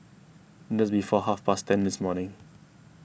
just before half past ten this morning